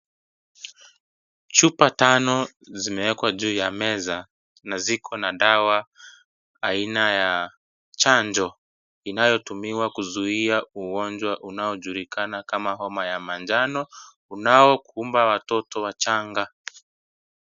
Chupa tano zimewekwa juu ya meza na ziko na dawa aina ya chanjo, unaotumika kuzuia ugonjwa unaojulikana kama homa ya manjano. Unaokumba watoto wachanga.